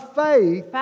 faith